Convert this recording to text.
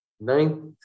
ninth